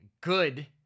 good